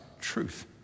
truth